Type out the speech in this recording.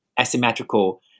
asymmetrical